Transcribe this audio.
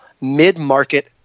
Mid-Market